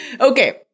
Okay